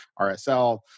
RSL